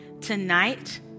tonight